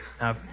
Now